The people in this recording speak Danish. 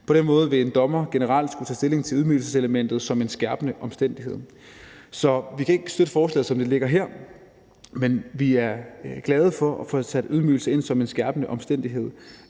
På den måde vil en dommer generelt skulle tage stilling til ydmygelseselementet som en skærpende omstændighed. Så vi kan ikke støtte forslaget, som det ligger her, men vi er glade for at få sat ydmygelse ind som en skærpende omstændighed